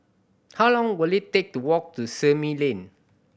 how long will it take to walk to Simei Lane